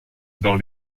dans